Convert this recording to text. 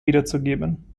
wiederzugeben